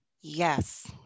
Yes